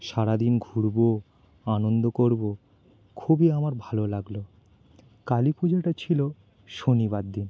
সারা দিন ঘুরব আনন্দ করব খুবই আমার ভালো লাগল কালী পুজোটা ছিল শনিবার দিন